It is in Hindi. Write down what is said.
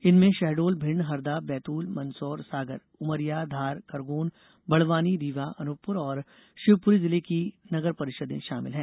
इनमें शहडोल भिण्ड हरदा बैतुलमंदसौर सागर उमरिया धार खरगोन बडवानी रीवा अनुपपुर और शिवपुरी जिले की नगरपरिषदें शामिल हैं